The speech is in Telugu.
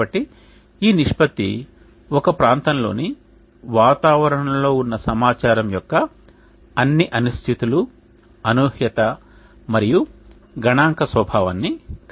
కాబట్టి ఈ నిష్పత్తి ఒక ప్రాంతంలోని వాతావరణంలో ఉన్న సమాచారం యొక్క అన్ని అనిశ్చితులు అనూహ్యత మరియు గణాంక స్వభావాన్ని కలిగి ఉంటుంది